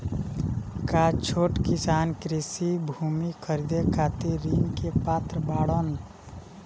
का छोट किसान कृषि भूमि खरीदे खातिर ऋण के पात्र बाडन?